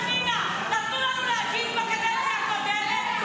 פנינה, נתנו לנו להגיב בקדנציה הקודמת?